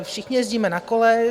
Všichni jezdíme na kole.